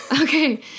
Okay